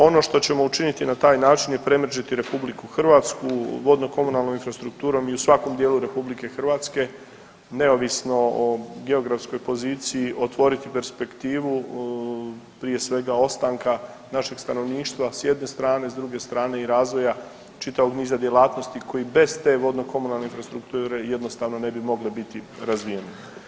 Ono što ćemo učiniti na taj način je premrežiti RH vodnokomunalnom infrastrukturom i u svakom dijelu RH neovisno o geografskoj poziciji otvoriti perspektivu prije svega ostanka našeg stanovništva s jedne strane, s druge strane i razvoja čitavog niza djelatnosti koji bez te vodnokomunalne infrastrukture jednostavno ne bi mogle biti razvijenije.